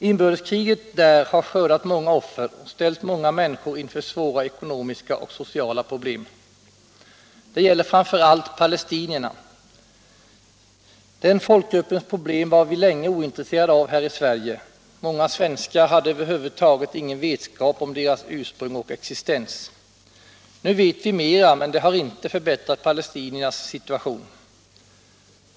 Inbördeskriget där har skördat många offer och ställt många människor inför svåra ekonomiska och sociala problem. Det gäller framför allt palestinierna. Den folkgruppens problem var vi länge ointresserade av här i Sverige. Många svenskar hade över huvud taget ingen vetskap om dess ursprung och existens. Nu vet vi mera, men det har inte förbättrat palestiniernas situation.